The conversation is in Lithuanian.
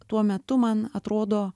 tuo metu man atrodo